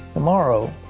tomorrow,